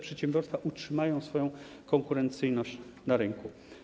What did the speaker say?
Przedsiębiorstwa utrzymają swoją konkurencyjność na rynku.